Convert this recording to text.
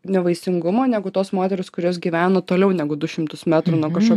nevaisingumo negu tos moterys kurios gyveno toliau negu du šimtus metrų nuo kažkokio